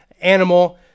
animal